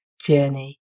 journey